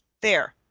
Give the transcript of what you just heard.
there,